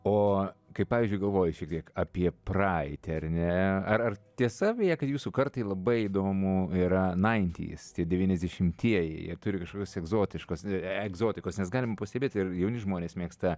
o kai pavyzdžiui galvoji šiek tiek apie praeitį ar ne ar ar tiesa kad jūsų kartai labai įdomu yra naintys tie devyniasdešimtieji jie turi kažkokios egzotiškos egzotikos nes galim pastebėt ir jauni žmonės mėgsta